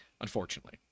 unfortunately